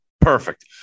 Perfect